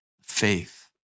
Faith